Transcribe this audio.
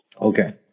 Okay